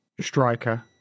striker